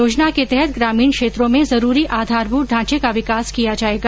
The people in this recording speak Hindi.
योजना के तहत ग्रामीण क्षेत्रों में जरूरी आधारभूत ढांचे का विकास किया जाएगा